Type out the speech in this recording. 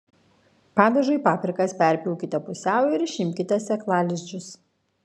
padažui paprikas perpjaukite pusiau ir išimkite sėklalizdžius